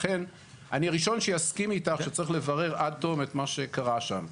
לכן אני ראשון שיסכים איתך שצריך לברר עד תום את מה שקרה שם.